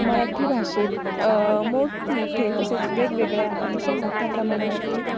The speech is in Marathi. मराठी भाषेत मोठमोठे तसेच वेगवेगळ्या अतिशय मोठ्या प्रमाणावरती